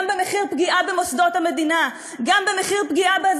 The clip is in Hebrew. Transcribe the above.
גם במחיר פגיעה במוסדות המדינה,